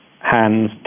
hands